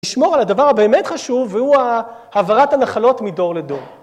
לשמור על הדבר הבאמת חשוב והוא העברת הנחלות מדור לדור.